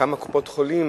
כמה קופות-החולים